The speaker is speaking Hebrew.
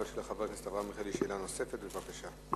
לחבר הכנסת אברהם מיכאלי יש שאלה נוספת, בבקשה.